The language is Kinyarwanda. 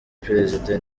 perezida